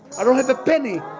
i don't have a penny,